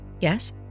Yes